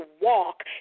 walk